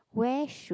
where should